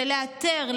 זה לאתר,